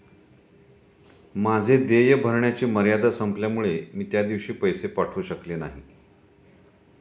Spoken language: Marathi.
माझे देय भरण्याची मर्यादा संपल्यामुळे मी त्या दिवशी पैसे पाठवू शकले नाही